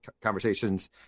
conversations